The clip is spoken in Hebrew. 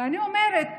אני אומרת,